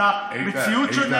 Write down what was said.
הייתה מציאות שונה